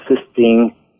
assisting